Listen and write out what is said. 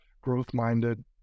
growth-minded